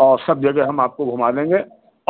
और सब जगह हम आपको घुमा देंगे